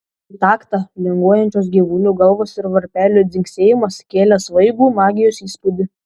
į taktą linguojančios gyvulių galvos ir varpelių dzingsėjimas kėlė svaigų magijos įspūdį